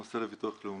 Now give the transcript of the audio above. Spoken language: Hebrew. המוסד לביטוח לאומי.